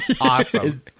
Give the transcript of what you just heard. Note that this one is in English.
Awesome